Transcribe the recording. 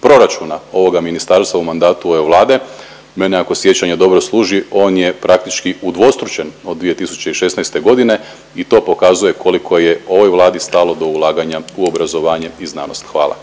proračuna ovoga ministarstva u mandatu ove Vlade mene ako sjećanje dobro služi on je praktički udvostručen od 2016. godine i to pokazuje koliko je ovoj Vladi stalo do ulaganja u obrazovanje i znanost. Hvala.